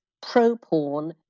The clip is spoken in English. pro-porn